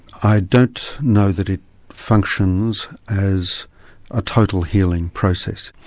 i don't know that it functions as a total healing process.